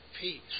peace